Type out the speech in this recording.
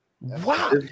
Wow